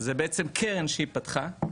זה בעצם קרן שהיא פתחה,